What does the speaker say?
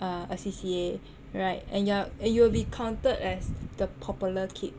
uh a C_C_A right and you're and you will be counted as the popular kid